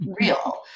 real